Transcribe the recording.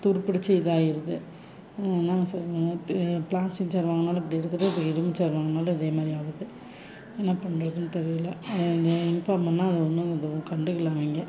துருப்புடிச்சு இதாயிடுது என்னங்க சொல்வது ப்ளாஸ்டிக் சேர் வாங்கினாலும் இப்படி இருக்குது இப்போ இரும்பு சேர் வாங்கினாலும் இதேமாதிரி ஆகுது என்ன பண்றதுன்னு தெரியலை இன்ஃபார்ம் பண்ணிணா அதை ஒன்றும் கண்டுக்கலை அவங்க